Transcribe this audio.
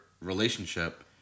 relationship